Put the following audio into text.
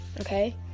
Okay